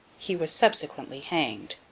he was subsequently hanged.